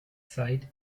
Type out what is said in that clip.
zeit